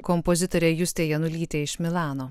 kompozitorė justė janulytė iš milano